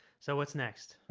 so what's next